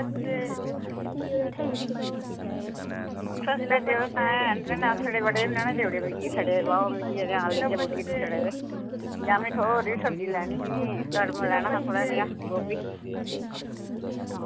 सस्ते देओ तां हैन ते ना सड़े पड़े नि ना देऊड़ेओ मिकी सड़े पाओ मिकी ते हां लेइयै बुड्डिये तू सड़े दे इ'यां में इत्थो होर बी सब्जी लैनी ही कड़म लैना हा थोह्ड़ा नेहा गोभी